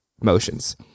motions